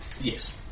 yes